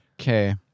Okay